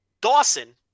Dawson